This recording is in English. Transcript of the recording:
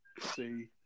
See